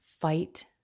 Fight